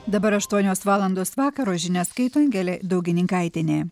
dabar aštuonios valandos vakaro žinias skaito angelė daugininkaitienė